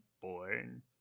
born